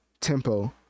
tempo